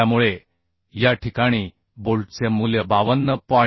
त्यामुळे या ठिकाणी बोल्टचे मूल्य 52